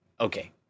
Okay